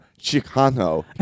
Chicano